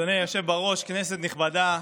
אדוני היושב-ראש, כנסת נכבדה,